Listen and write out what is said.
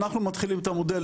אנחנו מתחילים את המודל,